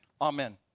Amen